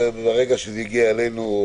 מרגע שזה הגיע אלינו,